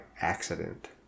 accident